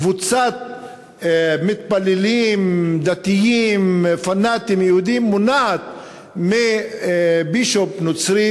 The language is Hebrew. קבוצת מתפללים דתיים פנאטים יהודים מונעת מבישוף נוצרי